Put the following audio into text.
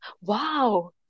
wow